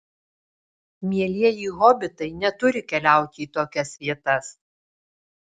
mielieji hobitai neturi keliauti į tokias vietas